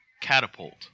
catapult